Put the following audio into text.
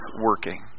working